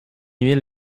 huile